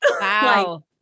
Wow